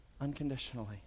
unconditionally